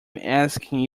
asking